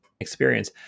experience